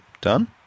done